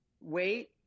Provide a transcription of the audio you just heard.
wait